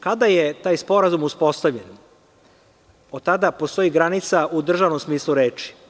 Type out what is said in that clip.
Kada je taj sporazum uspostavljen, od tada postoji granica u državnom smislu reči.